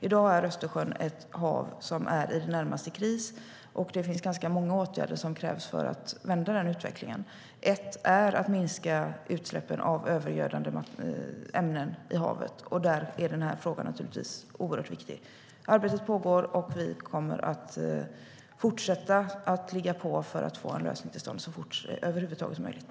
I dag är Östersjön ett hav som i det närmaste är i kris. Det krävs ganska många åtgärder för att vända den utvecklingen. En åtgärd är att minska utsläppen av övergödande ämnen i havet. Där är den här frågan naturligtvis oerhört viktig. Arbetet pågår, och vi kommer att fortsätta att driva på för att få en lösning till stånd så fort som det över huvud taget är möjligt.